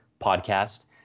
podcast